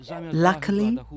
Luckily